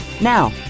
Now